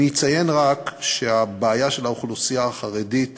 אני אציין רק שהבעיה של האוכלוסייה החרדית